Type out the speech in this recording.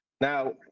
now